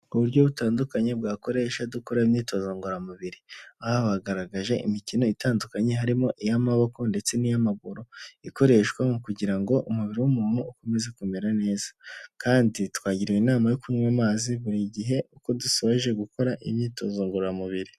Uburyo butandukanye bwakoreshwa dukora imyitozo ngororamubiri. Aha bagaragaje imikino itandukanye harimo iy'amaboko ndetse n'iy'amaguru ikoreshwa mu kugira ngo umubiri w'umuntu ukomeze kumera neza kandi twagiriwe inama yo kunywa amazi buri gihe, uko dusoje gukora imyitozo ngororamubiri.